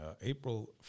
April